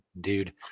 dude